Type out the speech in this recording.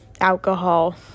alcohol